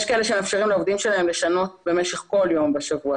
יש כאלה שמאפשרים לעובדים שלהם לשנות במשך כל יום בשבוע.